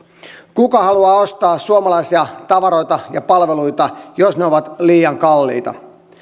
kuka haluaa ostaa suomalaisia tavaroita ja palveluita jos ne ovat liian kalliita